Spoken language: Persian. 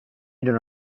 دونه